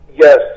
yes